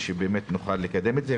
ושבאמת נוכל לקדם את זה,